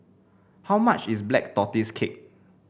how much is Black Tortoise Cake